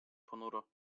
ponuro